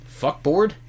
Fuckboard